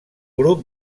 grup